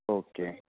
okay